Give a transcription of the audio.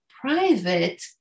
private